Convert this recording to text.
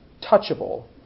touchable